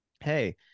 Hey